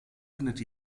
findet